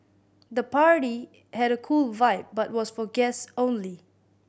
the party had a cool vibe but was for guests only